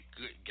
good